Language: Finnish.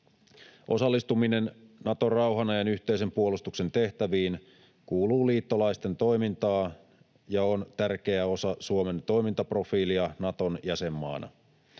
Osallistuminen Naton rauhan ajan yhteisen puolustuksen tehtäviin kuuluu liittolaisten toimintaan ja on tärkeä osa Suomen toimintaprofiilia Naton jäsenmaana.